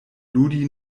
ludi